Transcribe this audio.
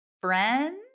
friends